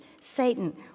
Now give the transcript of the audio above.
Satan